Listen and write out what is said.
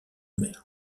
mer